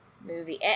movie